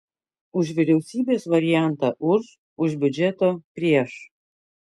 už vyriausybės variantą už už biudžeto prieš